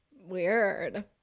Weird